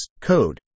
code